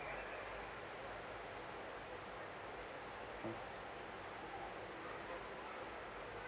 mm